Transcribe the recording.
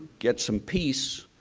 get some piece,